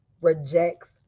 rejects